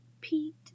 Pete